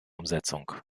umsetzung